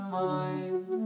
mind